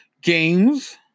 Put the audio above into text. games